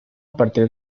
partir